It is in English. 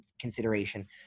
consideration